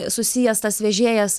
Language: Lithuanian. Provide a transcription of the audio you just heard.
susijęs tas vežėjas